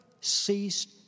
ceased